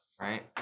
right